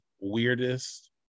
weirdest